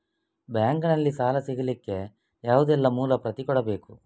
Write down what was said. Bank ನಲ್ಲಿ ಸಾಲ ಸಿಗಲಿಕ್ಕೆ ಯಾವುದೆಲ್ಲ ಮೂಲ ಪ್ರತಿ ಕೊಡಬೇಕು?